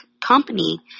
company